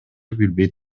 билбей